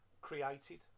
created